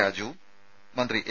രാജുവും മന്ത്രി എ